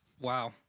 Wow